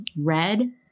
red